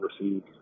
received